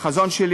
בחזון שלי,